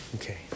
okay